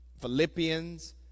Philippians